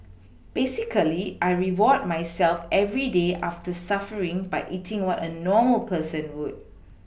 basically I reward myself every day after suffering by eating what a normal person would